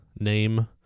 name